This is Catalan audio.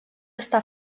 està